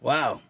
Wow